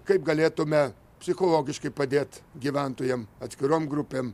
kaip galėtume psichologiškai padėt gyventojam atskirom grupėm